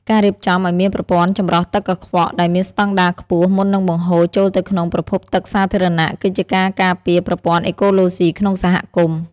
ការរៀបចំឱ្យមានប្រព័ន្ធចម្រោះទឹកកខ្វក់ដែលមានស្ដង់ដារខ្ពស់ មុននឹងបង្ហូរចូលទៅក្នុងប្រភពទឹកសាធារណៈ គឺជាការការពារប្រព័ន្ធអេកូឡូស៊ីក្នុងសហគមន៍។